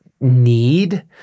need